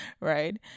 right